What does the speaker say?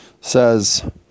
says